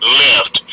left